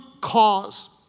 cause